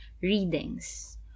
Readings